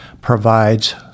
provides